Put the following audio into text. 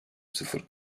sıfır